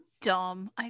dumb